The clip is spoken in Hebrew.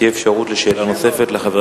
לחבר הכנסת תהיה אפשרות לשאלה נוספת.